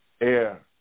Air